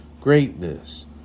greatness